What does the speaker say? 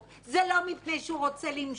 זה לא מפני שהוא רוצה למשול,